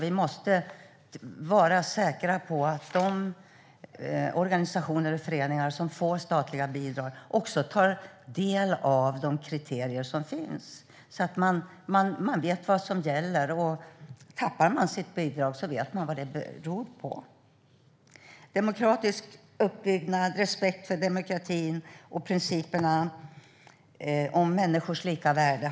Vi måste vara säkra på att de organisationer och föreningar som får statliga bidrag också tar del av de kriterier som finns, så att de vet vad som gäller. Tappar man sitt bidrag vet man då vad det beror på. Jag har skrivit ned följande: demokratisk uppbyggnad, respekt för demokratin och principerna om människors lika värde.